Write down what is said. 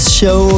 show